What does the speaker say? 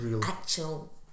actual